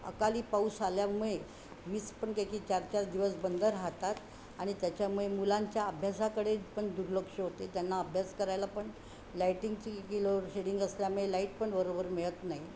अकाली पाऊस आल्यामुळे वीज पण काय की चार चार दिवस बंद राहतात आणि त्याच्यामुळे मुलांच्या अभ्यासाकडे पण दुर्लक्ष होते त्यांना अभ्यास करायला पण लाईटिंगची की लोड शेडिंग असल्यामुळे लाईट पण बरोबर मिळत नाही